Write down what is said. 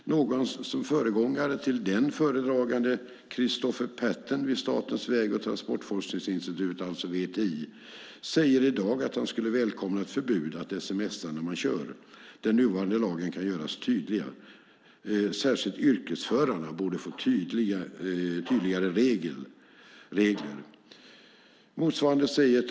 Föregångaren till den föredraganden, Christopher Patten vid Statens väg och transportforskningsinstitut, alltså VTI, säger i dag att han skulle välkomna ett förbud mot att sms:a när man kör. Han säger att den nuvarande lagen kan göras tydligare, och särskilt yrkesförarna borde få tydligare regler.